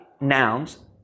nouns